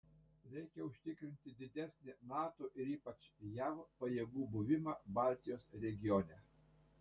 reikia užtikrinti didesnį nato ir ypač jav pajėgų buvimą baltijos regione